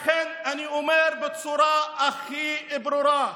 לכן אני אומר בצורה הכי ברורה: